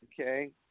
Okay